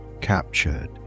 captured